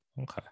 Okay